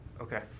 Okay